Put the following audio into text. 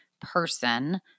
person